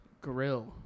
grill